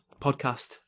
podcast